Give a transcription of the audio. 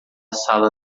sala